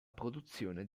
produzione